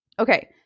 Okay